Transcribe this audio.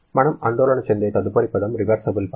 మనము ఆందోళన చెందే తదుపరి పదం రివర్సిబుల్ పని